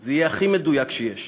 זה יהיה הכי מדויק שיש.